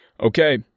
Okay